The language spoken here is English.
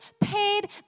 paid